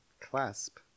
Clasp